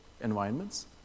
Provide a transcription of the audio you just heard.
environments